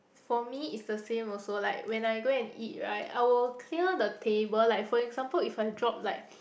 for me is the same also like when I go and eat right I will clear the table like for example if I drop like